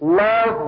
love